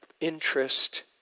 interest